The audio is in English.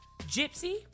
Gypsy